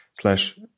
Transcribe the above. slash